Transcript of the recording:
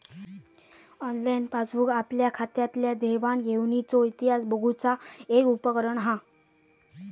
online passbook आपल्या खात्यातल्या देवाण घेवाणीचो इतिहास बघुचा एक उपकरण हा